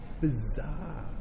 bizarre